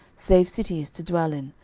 save cities to dwell in,